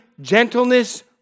gentleness